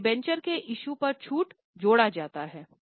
तोडिबेंचर के इशू पर छूट जोड़ा जाता है